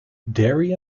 dairy